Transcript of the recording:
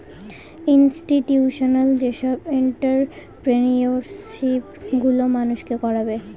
institutional যেসব entrepreneurship গুলো মানুষকে করাবে